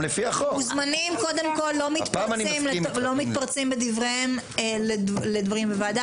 מוזמנים לא מתפרצים בוועדה.